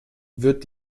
wird